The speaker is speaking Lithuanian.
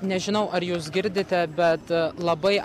nežinau ar jūs girdite bet labai